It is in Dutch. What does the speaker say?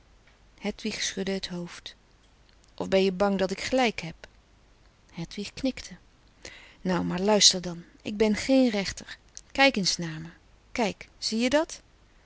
hedwig schudde het hoofd of ben je bang dat ik gelijk heb hedwig knikte nou maar luister dan ik ben geen rechter kijk eens na me kijk zie je dat